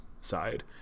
side